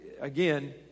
again